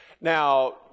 Now